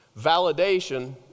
Validation